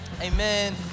amen